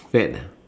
fat ah